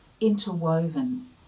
interwoven